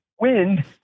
wind